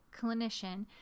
clinician